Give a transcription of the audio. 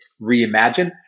reimagine